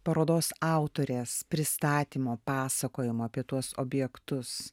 parodos autorės pristatymo pasakojimo apie tuos objektus